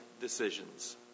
decisions